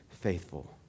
faithful